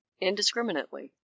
Indiscriminately